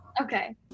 Okay